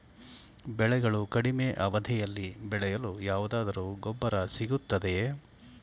ಬೆಳೆಗಳು ಕಡಿಮೆ ಅವಧಿಯಲ್ಲಿ ಬೆಳೆಯಲು ಯಾವುದಾದರು ಗೊಬ್ಬರ ಸಿಗುತ್ತದೆಯೇ?